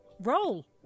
Roll